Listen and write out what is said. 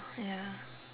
ya